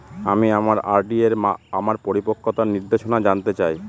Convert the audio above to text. আমি আমার আর.ডি এর আমার পরিপক্কতার নির্দেশনা জানতে চাই